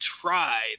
tried